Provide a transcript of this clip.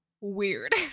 weird